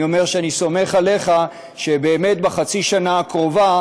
אני אומר שאני סומך עליך שבאמת בחצי השנה הקרובה